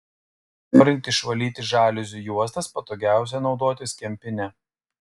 norint išvalyti žaliuzių juostas patogiausia naudotis kempine